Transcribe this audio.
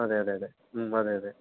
അതേ അതേ അതേ അതേ അതേ